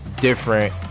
different